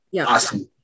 Awesome